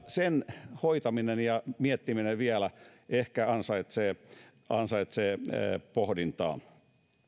sen hoitaminen ja miettiminen vielä ehkä ansaitsevat pohdintaa